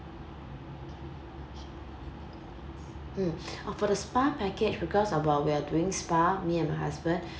mm oh for the spa package because uh we are doing spa me and my husband